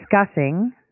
discussing